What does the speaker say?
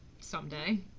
someday